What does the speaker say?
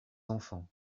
enfants